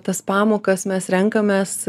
tas pamokas mes renkamės